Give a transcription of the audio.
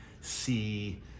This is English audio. see